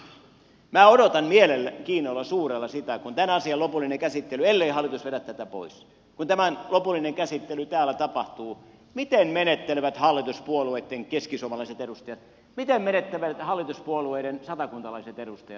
minä odotan suurella mielenkiinnolla sitä kun tämän asian lopullinen käsittely ellei hallitus vedä tätä pois täällä tapahtuu miten menettelevät hallituspuolueitten keskisuomalaiset edustajat miten menettelevät hallituspuolueiden satakuntalaiset edustajat